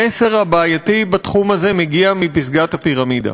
המסר הבעייתי בתחום הזה מגיע מפסגת הפירמידה.